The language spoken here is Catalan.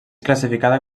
classificada